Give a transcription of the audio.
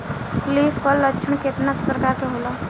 Leaf curl लक्षण केतना परकार के होला?